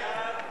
כהצעת